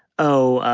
oh,